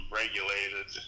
regulated